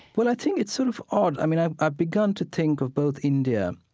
well, i think it's sort of odd. i mean, i've i've begun to think of both india,